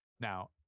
Now